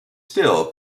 still